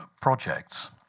projects